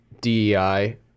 DEI